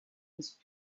his